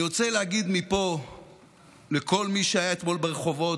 אני רוצה להגיד מפה לכל מי שהיה אתמול ברחובות,